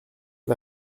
cet